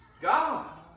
God